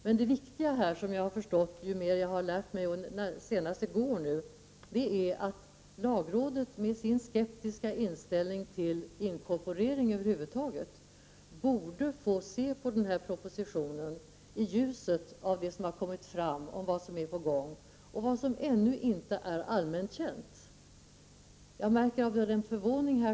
Men det viktiga här är — det har jag förstått ju mer jag har lärt, senast i går — att lagrådet med sin skeptiska inställning till inkorporering över huvud taget borde få se på den här propositionen i ljuset av det som har kommit fram om vad som är på gång och vad som ännu inte är allmänt känt.